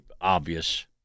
obvious